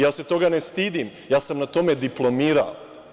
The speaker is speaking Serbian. Ja se toga ne stidim, ja sam na tome diplomirao.